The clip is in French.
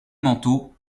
manteau